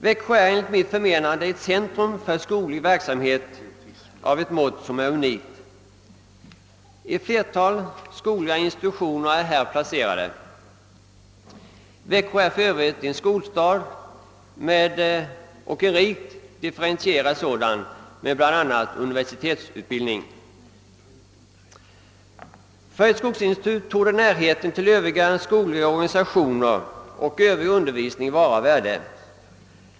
Växjö är centrum för skoglig verksamhet i en utsträckning som enligt mitt förmenande är unik. Ett flertal skogliga institutioner är placerade i staden. Växjö är för övrigt en rikt differentierad skolstad med bl.a. universitetsutbildning. För ett skogsinstitut torde närheten till övriga skogliga organisationer och till övrig undervisning vara av värde.